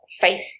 faith